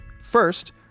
First